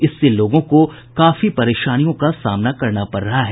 इससे लोगों को काफी परेशानियों का सामना करना पड़ रहा है